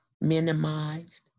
minimized